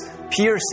Piercing